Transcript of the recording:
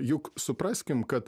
juk supraskim kad